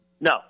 No